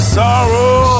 sorrow